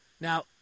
Now